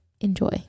enjoy